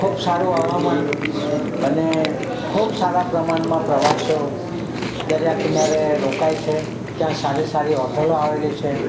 ખૂબ સારું હવામાન અને ખૂબ સારા પ્રમાણમાં પ્રવાસીઓ દરિયા કિનારે રોકાય છે ત્યાં સારી સારી હોટલો આવેલી છે